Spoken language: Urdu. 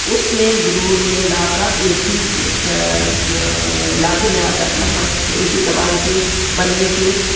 اس میں ضرور یہ علاقہ ایک ہی علاقے میں آتا تھا ایک ہی زبان کی بننے کی